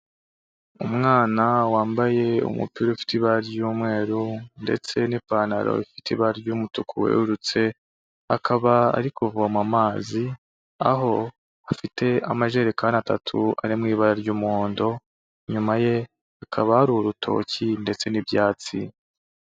Umwana wambaye umupira ufite ibara ry'umweru ndetse n'ipantaro ifite ibara ry'umutuku werurutse, akaba ari kuvoma amazi, aho afite amajerekani atatu ari mu ibara ry'umuhondo, inyuma ye hakaba hari urutoki ndetse n'ibyatsi.